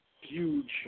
huge